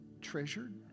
treasured